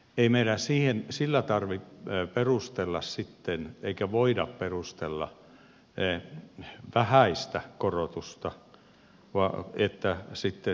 ei meidän sillä tarvitse perustella eikä voida perustella vähäistä korotusta että sitten salakuljetus kasvaa